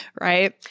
right